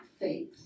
faith